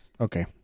Okay